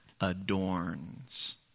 adorns